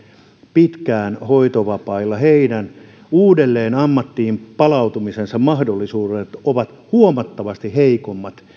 pitkään hoitovapailla uudelleen ammattiin palautumisen mahdollisuudet ovat huomattavasti heikommat